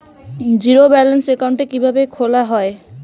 Zero balance account কিভাবে খোলা হয়?